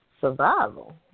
survival